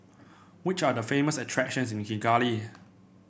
which are the famous attractions in Kigali